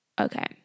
Okay